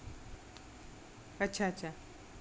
अच्छा अच्छा